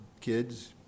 Kids